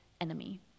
enemy